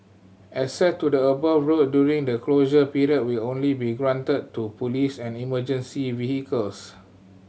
access to the above road during the closure period will only be granted to police and emergency vehicles